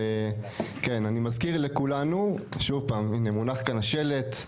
אני מזכיר לכולנו, שוב פעם, הנה מונח כאן השלט,